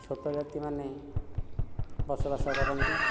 ଛୋଟ ଜାତିମାନେ ବସବାସ କରନ୍ତି